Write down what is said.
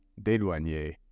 d'éloigner